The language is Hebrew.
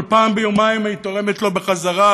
אבל פעם ביומיים מה היא תורמת לו בחזרה,